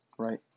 Right